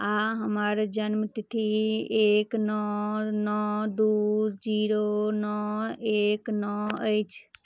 आ हमर जन्म तिथि एक नओ नओ दू जीरो नओ एक नओ अछि